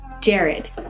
Jared